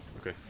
Okay